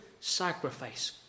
sacrifice